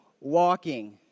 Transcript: Walking